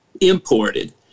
imported